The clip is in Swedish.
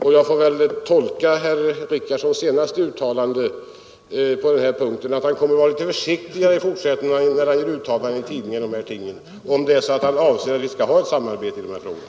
Och jag får väl tolka herr Richardsons senaste inlägg så att han i fortsättningen kommer att vara litet försiktigare när han uttalar sig i dessa frågor i tidningarna, om det verkligen är så att han avser att vi skall ha ett samarbete i dessa frågor.